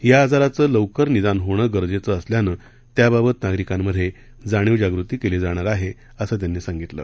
या आजाराचं लवकर निदान होणं गरजेच असल्यानं त्याबाबत नागरिकांमध्ये जाणीवजागृती केली जाणार आहे असं त्यांनी सांगितलं